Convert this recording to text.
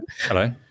Hello